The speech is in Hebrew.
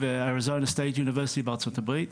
ואוניברסיטת אריזונה סטייט בארצות הברית,